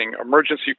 emergency